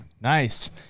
Nice